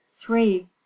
three